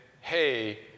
hey